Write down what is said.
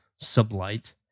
sublight